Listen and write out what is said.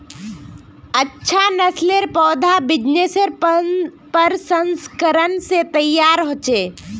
अच्छा नासलेर पौधा बिजेर प्रशंस्करण से तैयार होचे